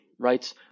Right